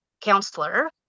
counselor